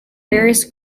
various